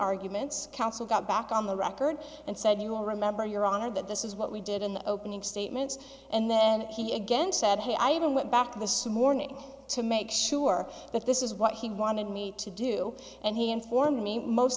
arguments counsel got back on the record and said you will remember your honor that this is what we did in the opening statements and then he again said hey i even went back to the same morning to make sure that this is what he wanted me to do and he informed me most